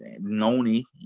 Noni